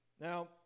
Now